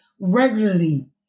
regularly